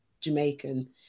Jamaican